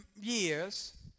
years